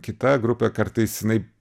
kita grupė kartais jinai